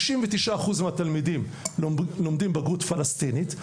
99% מהתלמידים לומדים לבגרות פלסטינית,